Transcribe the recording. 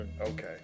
Okay